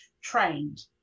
trained